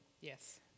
Yes